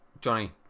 Johnny